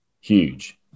Huge